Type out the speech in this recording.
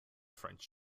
french